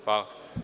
Hvala.